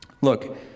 Look